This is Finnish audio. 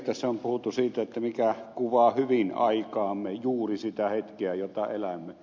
tässä on puhuttu siitä mikä kuvaa hyvin aikaamme juuri sitä hetkeä jota elämme